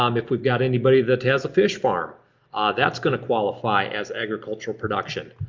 um if we've got anybody that has a fish farm that's gonna qualify as agricultural production.